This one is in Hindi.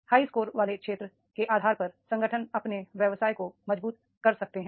हाई स्कोर वाले क्षेत्र के आधार पर संगठन अपने व्यवसाय को मजबूत कर सकते हैं